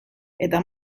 eta